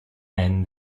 and